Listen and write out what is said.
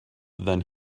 than